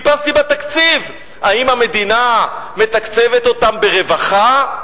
חיפשתי בתקציב אם המדינה מתקצבת אותם ברווחה,